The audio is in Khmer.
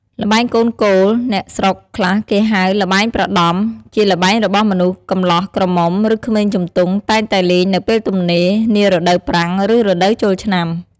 ល្បែងកូនគោល អ្នកស្រុកខ្លះគេហៅ ល្បែងប្រដំ ជាល្បែងរបស់មនុស្សកម្លោះ ក្រមុំ ឬក្មេងជំទង់ តែងតែលេងនៅពេលទំនេរ នារដូវប្រាំង ឬរដូវចូលឆ្នាំ ។